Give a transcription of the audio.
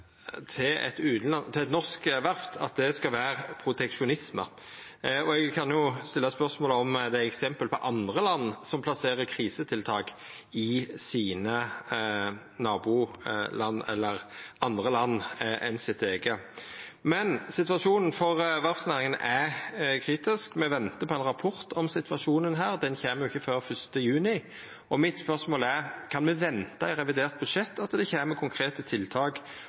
til eit norsk verft, skal vera proteksjonisme. Eg kan jo stilla spørsmål om det er eksempel på andre land som plasserer krisetiltak i nabolanda sine eller i andre land enn sitt eige. Men situasjonen for verftsnæringa er kritisk. Me ventar på ein rapport om situasjonen her. Han kjem ikkje før 1. juni. Mitt spørsmål er: Kan me venta at det kjem konkrete tiltak i revidert budsjett